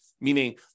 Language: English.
meaning